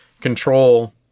control